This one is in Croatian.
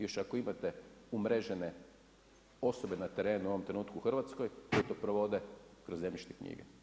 Još ako imate umrežene osobe na terenu u ovom trenutku u Hrvatskoj koje to provode kroz zemljišne knjige.